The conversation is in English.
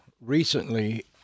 recently